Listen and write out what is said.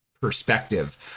perspective